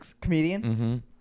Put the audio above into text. comedian